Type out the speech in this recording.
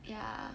ya